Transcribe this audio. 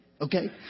Okay